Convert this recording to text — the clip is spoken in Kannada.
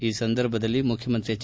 ಈ ಸಂದರ್ಭದಲ್ಲಿ ಮುಖ್ಯಮಂತ್ರಿ ಎಚ್